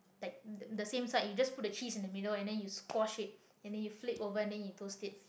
like the the same side you just put the cheese in the middle and then you squash it and then you flip over and then you toast it